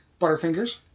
Butterfingers